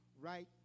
right